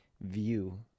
view